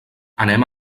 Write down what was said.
anem